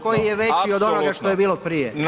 koji je veći od onoga što je bilo prije.